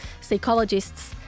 psychologists